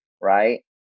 right